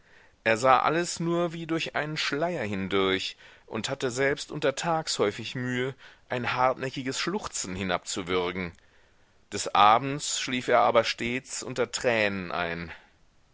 er sah alles nur wie durch einen schleier hindurch und hatte selbst untertags häufig mühe ein hartnäckiges schluchzen hinabzuwürgen des abends schlief er aber stets unter tränen ein